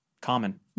common